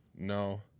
No